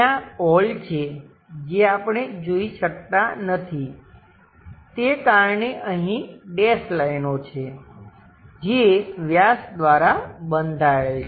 ત્યાં હોલ છે જે આપણે જોઈ શકતા નથી તે કારણે અહીં ડેશ લાઈનો છે જે વ્યાસ દ્વારા બંધાયેલ છે